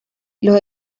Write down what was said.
los